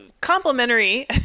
complimentary